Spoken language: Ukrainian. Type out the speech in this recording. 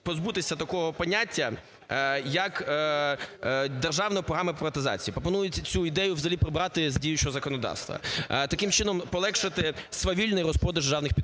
позбутися такого поняття, як державна програма приватизації. Пропонується цю ідею взагалі прибрати з діючого законодавства. Таким чином, полегшити свавільний розпродаж державних підприємств.